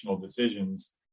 decisions